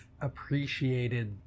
appreciated